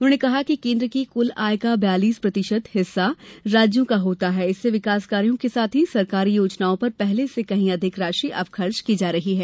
उन्होंने कहा कि केन्द्र की कुल आय का बयालीस प्रतिशत हिस्सा राज्यों का होता है इससे विकासकायों के साथ ही सरकारी योजनाओं पर पहले से कहीं अधिक राशि अब खर्च की जा रही है